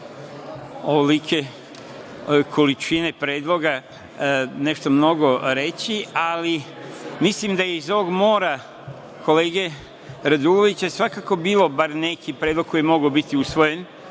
ovolike količine predloga nešto mnogo reći, ali mislim da je iz ovog mora kolege Radulovića svakako bilo bar neki predlog koji je mogao biti usvojen,